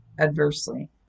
adversely